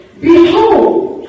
behold